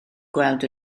gweld